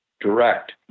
direct